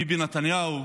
ביבי נתניהו,